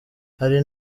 hari